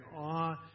awe